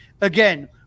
again